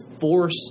force